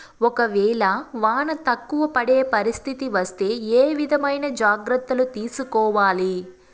ఒక వేళ వాన తక్కువ పడే పరిస్థితి వస్తే ఏ విధమైన జాగ్రత్తలు తీసుకోవాలి?